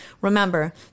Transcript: Remember